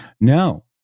No